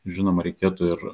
žinoma reikėtų ir